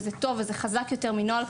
וזה טוב וחזק יותר מנוהל,